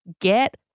get